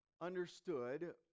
understood